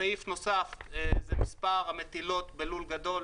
סעיף נוסף זה מספר המטילות בלול גדול.